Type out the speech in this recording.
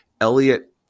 Elliot